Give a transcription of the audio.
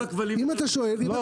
אם אתה שואל אני אענה.